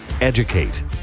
educate